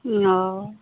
ओऽ